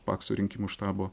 pakso rinkimų štabo